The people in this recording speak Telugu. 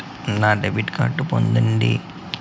నా డెబిట్ కార్డు పోయింది